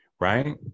Right